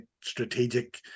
strategic